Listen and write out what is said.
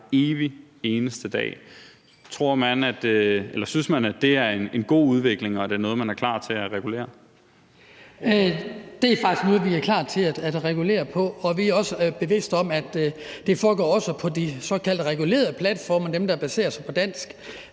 evig eneste dag. Synes man, at det er en god udvikling, og er det noget, man er klar til at regulere? Kl. 15:58 Hans Kristian Skibby (DD): Det er faktisk noget, vi er klar til at regulere på. Vi er også bevidste om, at det også foregår på de såkaldt regulerede platforme – dem, der baserer sig på danske